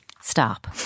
stop